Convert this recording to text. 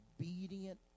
obedient